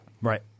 Right